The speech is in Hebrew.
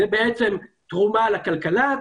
זו תרומה לכלכלה,